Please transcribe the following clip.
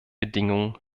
bedingungen